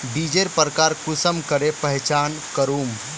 बीजेर प्रकार कुंसम करे पहचान करूम?